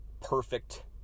perfect